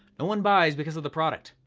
no one buys because of the product,